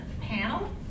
panel